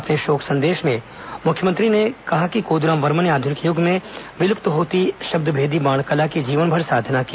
अपने शोक संदेश में मुख्यमंत्री ने कहा कि कोद्राम वर्मा ने आध्निक युग में विलृप्त हो रही शब्दभेदी बाण कला की जीवनभर साधना की